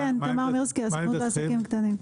כן, תמר מירסקי, הסוכנות לעסקים קטנים.